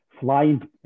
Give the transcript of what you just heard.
flying